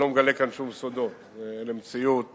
אני לא מגלה כאן שום סודות, זו מציאות